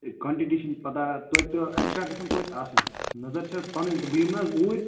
quantity چھنہٕ پتہ توتہِ ٲں ایٚکٕسٹرٛا گَژھَن توتہِ آسٕنۍ نظر چھِ حظ پنٕنۍ تہٕ بہٕ یِم نا حظ اوٗرۍ